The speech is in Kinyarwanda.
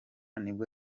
nibwo